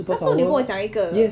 那时候你跟我讲一个的